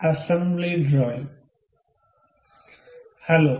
assembly drawing hello